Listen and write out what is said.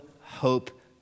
hope